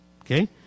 Okay